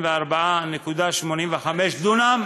הוא 6,544.85 דונם,